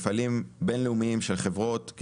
מפעלים בינלאומיים של חברות,